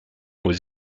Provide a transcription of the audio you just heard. aux